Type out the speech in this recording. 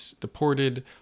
deported